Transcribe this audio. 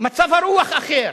מצב הרוח אחר.